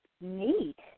Neat